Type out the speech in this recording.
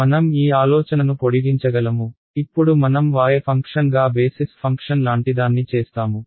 మనం ఈ ఆలోచనను పొడిగించగలము ఇప్పుడు మనం y ఫంక్షన్గా బేసిస్ ఫంక్షన్ లాంటిదాన్ని చేస్తాము